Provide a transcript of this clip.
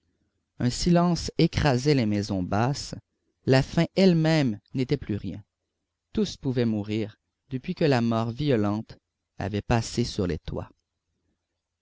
un silence écrasait les maisons basses la faim elle-même n'était plus rien tous pouvaient mourir depuis que la mort violente avait passé sur les toits